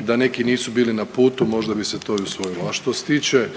da neki nisu bili na putu možda bi se to usvojilo. A što se tiče